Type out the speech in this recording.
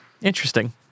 Interesting